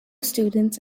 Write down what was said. students